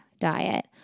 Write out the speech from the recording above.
diet